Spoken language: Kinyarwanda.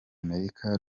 amerika